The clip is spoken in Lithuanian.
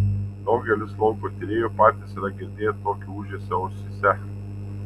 daugelis lauko tyrėjų patys yra girdėję tokį ūžesį ausyse